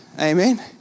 Amen